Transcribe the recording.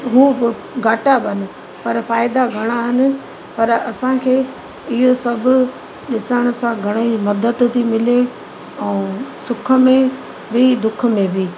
हू बि घाटा वञूं पर फ़ाइदा घणा आहिनि पर असांखे इहो सभु ॾिसण सां घणा ई मदद थी मिले ऐं सुख में बि दुख में बि